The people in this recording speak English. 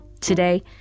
Today